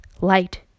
light